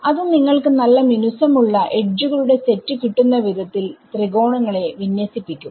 അത് നിങ്ങൾക്ക് നല്ല മിനുസം ഉള്ള എഡ്ജുകളുടെ സെറ്റ് കിട്ടുന്ന വിധത്തിൽ ത്രികോണങ്ങളെ വിന്യസിപ്പിക്കും